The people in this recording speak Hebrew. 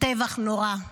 טבח נורא,